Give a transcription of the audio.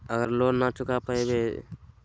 अगर लोन न चुका पैबे तो की करल जयते?